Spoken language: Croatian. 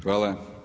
Hvala.